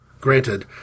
Granted